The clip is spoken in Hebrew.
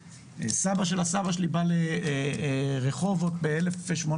כשסבא של סבא שלי בא לרחובות ב-1890,